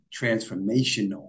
transformational